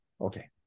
okay